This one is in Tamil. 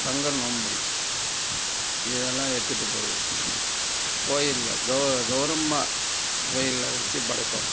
தங்க நோன்பு முடித்து இதெல்லாம் எடுத்துட்டு போய் கோவில்ல கவுரவமாக கோவில்ல வைச்சி படைப்போம்